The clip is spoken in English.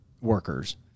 workers